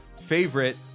favorite